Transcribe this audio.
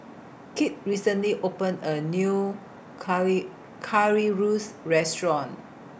Kit recently opened A New Curry Currywurst Restaurant